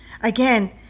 Again